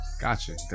gotcha